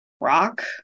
Rock